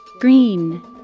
green